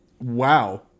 Wow